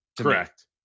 Correct